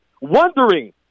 wondering